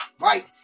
right